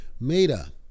Meta